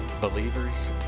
Believers